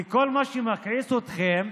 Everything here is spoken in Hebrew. כל מה שמכעיס אתכם,